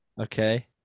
Okay